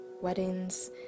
weddings